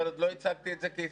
אבל עוד לא הצגתי את זה כהסתייגות,